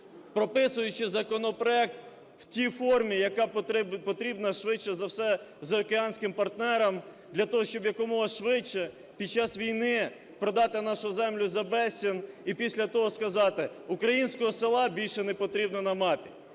прописуючи законопроект в тій формі, яка потрібна швидше за все заокеанським партнерам для того, щоб якомога швидше під час війни продати нашу землю за безцінь і після того сказати: українського села більше не потрібно на мапі,